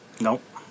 Nope